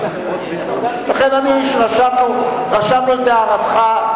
לכן, רשמנו את הערתך.